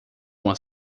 uma